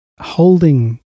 holding